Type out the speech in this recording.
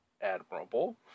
admirable